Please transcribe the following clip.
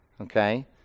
Okay